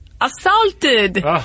assaulted